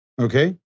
okay